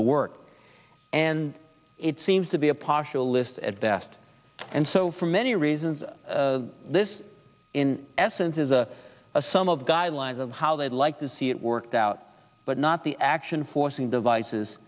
the work and it seems to be a partial list at best and so for many reasons this in essence is a sum of guidelines of how they'd like to see it worked out but not the action forcing devices